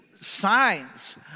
signs